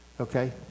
okay